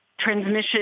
transmission